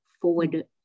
forward